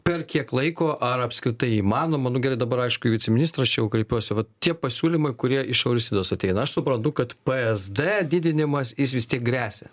per kiek laiko ar apskritai įmanoma nu gerai dabar aišku į viceministras čia jau kreipiuosi vat tie pasiūlymai kurie iš euristidos ateina aš suprantu kad p es d didinimas jis vis tiek gresia